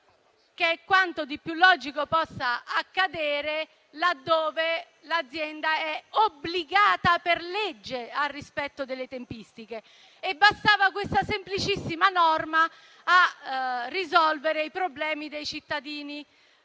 Ciò è quanto di più logico possa accadere, laddove l'azienda è obbligata per legge al rispetto delle tempistiche. Bastava questa semplicissima norma a risolvere i problemi dei cittadini